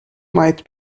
might